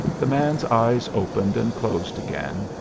the man's eyes opened and closed again,